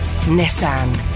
Nissan